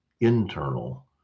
internal